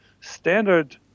standard